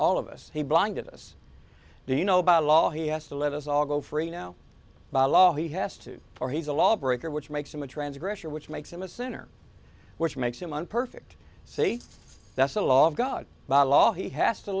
all of us he blinded us you know by law he has to let us all go free now by law he has to or he's a law breaker which makes him a transgression which makes him a sinner which makes him on perfect say that's the law of god by law he has to